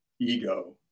ego